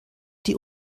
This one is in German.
die